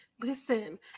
Listen